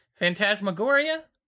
Phantasmagoria